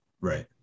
Right